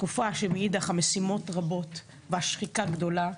תקופה שמאידך המשימות רבות והשחיקה גדולה,